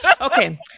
Okay